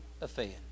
offend